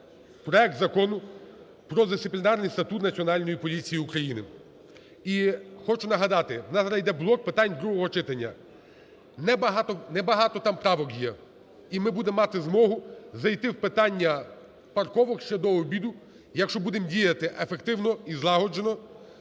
проект Закону про Дисциплінарний статут Національної поліції України. І хочу нагадати, у нас зараз іде блок питань другого читання. Небагато там правок є, і ми будемо мати змогу зайти в питанняпарковок ще до обіду, якщо будемо діяти ефективно і злагоджено.